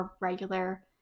regular